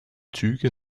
züge